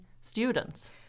students